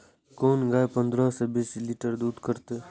कोन गाय पंद्रह से बीस लीटर दूध करते?